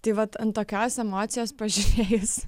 tai vat ant tokios emocijos pažiūrėjus